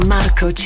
Marco